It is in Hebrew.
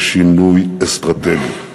זה שינוי אסטרטגי.